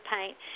paint